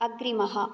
अग्रिमः